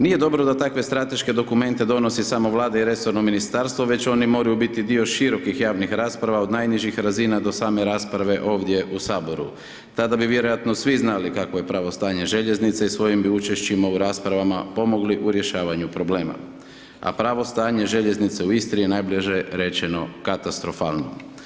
Nije dobro da takve strateške dokumente donosi samo Vlada i resorno Ministarstvo, već oni moraju biti dio širokih javnih rasprava, od najnižih razina do same rasprave, ovdje u HS, tada bi vjerojatno svi znali kakvo je pravo stanje željeznice i svojim bi učešćima u raspravama pomogli u rješavanju problema a pravo stanje željeznice u Istri je najbliže rečeno katastrofalno.